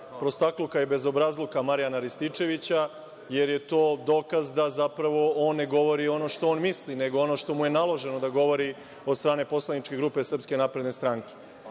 prostakluka i bezobrazluka Marijana Rističevića, jer je to dokaz da zapravo on ne govori ono što on misli, nego ono što mu je naloženo da govori od strane poslaničke grupe SNS.Međutim, važnije